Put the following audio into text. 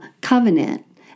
covenant